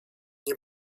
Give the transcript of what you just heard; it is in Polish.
nie